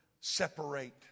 separate